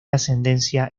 ascendencia